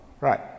right